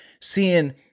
seeing